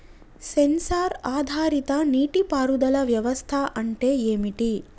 Censor ఆధారిత నీటి పారుదల వ్యవస్థ అంటే ఏమిటి?